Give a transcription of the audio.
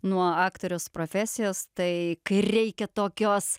nuo aktoriaus profesijos tai kai reikia tokios